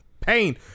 pain